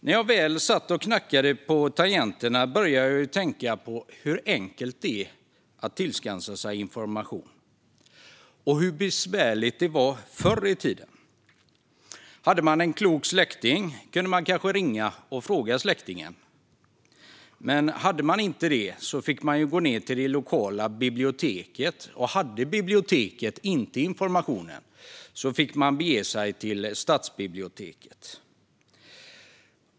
När jag väl satt och knackade på tangenterna började jag tänka på hur enkelt det är att tillskansa sig information - och hur besvärligt det var förr i tiden. Hade man en klok släkting kunde man kanske ringa och fråga. Men om man inte hade det fick man gå ned till det lokala biblioteket. Om biblioteket inte hade informationen fick man bege sig till stadsbiblioteket.